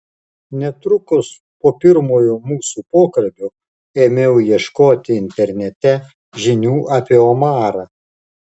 netrukus po pirmojo mūsų pokalbio ėmiau ieškoti internete žinių apie omarą